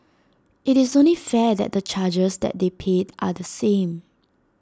IT is only fair that the charges that they pay are the same